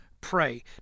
pray